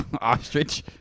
Ostrich